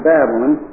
Babylon